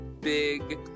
big